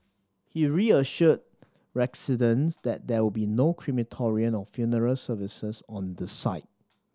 he reassured residents that there will be no crematorium or funeral services on the site